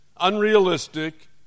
unrealistic